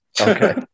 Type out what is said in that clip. Okay